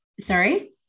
sorry